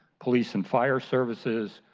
police and fire services,